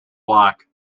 black